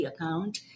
account